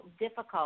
difficult